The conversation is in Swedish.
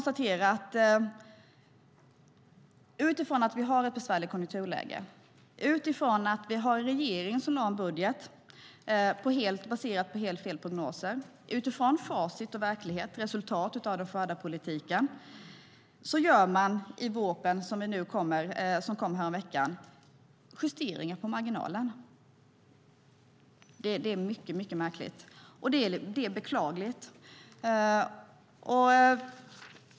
Trots att vi har ett besvärligt konjunkturläge, trots att regeringen lade fram en budget baserad på helt fel prognoser och trots facit och verklighet och resultat av den förda politiken gör man i vårpropositionen som kom häromveckan justeringar på marginalen. Det är mycket märkligt och beklagligt.